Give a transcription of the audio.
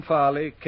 Farley